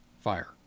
fire